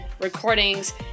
Recordings